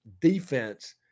defense